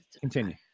continue